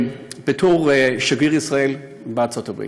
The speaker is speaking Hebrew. בתור שגריר ישראל בארצות הברית,